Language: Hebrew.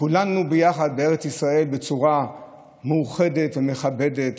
כולנו ביחד בארץ ישראל בצורה מאוחדת ומכבדת,